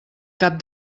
cap